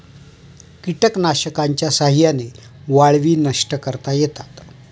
कीटकनाशकांच्या साह्याने वाळवी नष्ट करता येतात